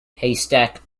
haystack